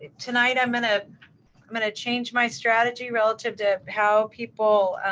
tonight i'm going ah i'm going to change my strategy relative to how people